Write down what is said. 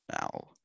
now